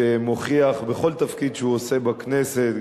שמוכיח בכל תפקיד שהוא עושה בכנסת,